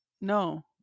no